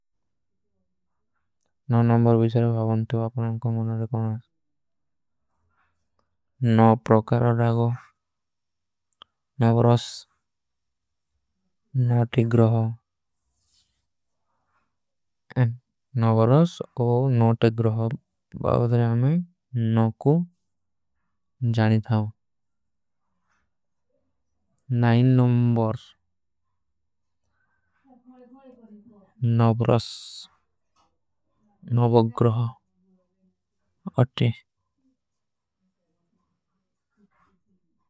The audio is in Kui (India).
ନ ନୁମ୍ବର ଵିଶର ଵାଵନ୍ତି ଵାପନାଂ କୋ ମୁନାରେ କୌନାରେ। ନ ପ୍ରୋକରାଡାଗୋ ନଵରସ ନଟିଗ୍ରହୋ ନ ନଵରସ। ନଟିଗ୍ରହୋ ବାଵଧରଯାମେ ନ କୁ। ଜାନିଧାଓ ନାଇନ ନୁମ୍ବର। ନଵରସ ନଵଗ୍ରହୋ ଅଟି।